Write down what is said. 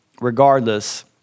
regardless